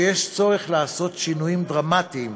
שיש צורך לעשות שינויים דרמטיים